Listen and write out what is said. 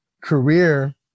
career